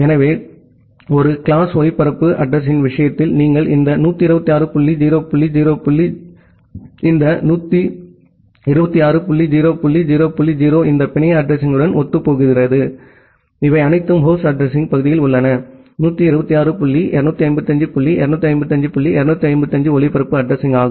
எனவே ஒரு கிளாஸ் ஒளிபரப்பு அட்ரஸிங்யின் விஷயத்தில் நீங்கள் இந்த 126 புள்ளி 0 புள்ளி 0 இந்த புள்ளி 126 புள்ளி 0 புள்ளி 0 புள்ளி 0 இந்த பிணைய அட்ரஸிங்யுடன் ஒத்துப்போகிறீர்கள் இவை அனைத்தும் ஹோஸ்ட் அட்ரஸிங் பகுதியில் உள்ளன 126 டாட் 255 டாட் 255 டாட் 255 ஒளிபரப்பு அட்ரஸிங்யாக